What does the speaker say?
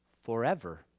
forever